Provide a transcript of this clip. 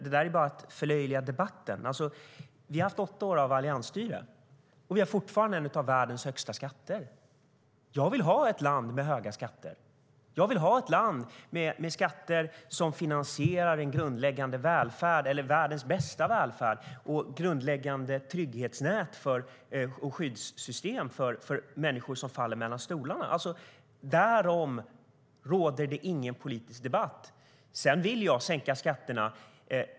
Det är bara att förlöjliga debatten. Sverige har haft åtta år av alliansstyre, och landet har fortfarande skatter som är bland världens högsta. Jag vill ha ett land med höga skatter som finansierar en grundläggande välfärd - världens bästa välfärd - och grundläggande trygghetsnät och skyddssystem för människor som faller mellan stolarna. Därom råder ingen politisk debatt. Jag vill sänka skatterna.